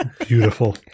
Beautiful